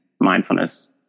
mindfulness